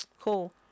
cool